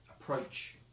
Approach